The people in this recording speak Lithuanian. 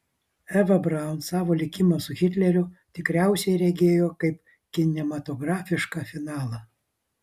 eva braun savo likimą su hitleriu tikriausiai regėjo kaip kinematografišką finalą